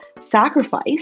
sacrifice